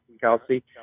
Kelsey